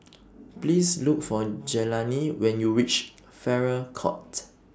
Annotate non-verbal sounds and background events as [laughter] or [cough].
[noise] Please Look For Jelani when YOU REACH Farrer Court